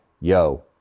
yo